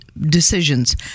decisions